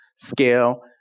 Scale